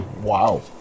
Wow